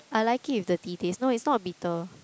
I like it with the tea taste no it's not bitter